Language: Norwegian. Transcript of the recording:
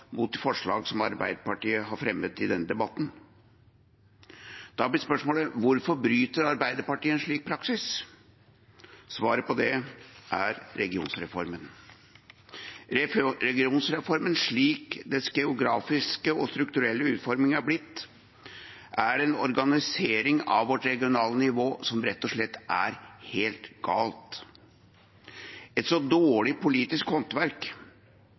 mot det forslaget som Arbeiderpartiet har fremmet i denne debatten. Da blir spørsmålet: Hvorfor bryter Arbeiderpartiet en slik praksis? Svaret på det er regionreformen. Regionreformen, slik dens geografiske og strukturelle utforming er blitt, er en organisering av vårt regionale nivå som rett og slett er helt gal – et så dårlig politisk håndverk